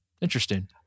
Interesting